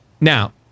now